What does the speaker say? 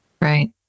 Right